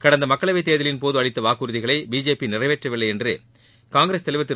கடந்த மக்களவை தேர்தலின் போது அளித்த வாக்குறுதிகளை பிஜேபி நிறைவேற்றவில்லை என்று காங்கிரஸ் தலைவர் திரு